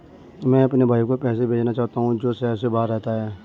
मैं अपने भाई को पैसे भेजना चाहता हूँ जो शहर से बाहर रहता है